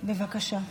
בבקשה.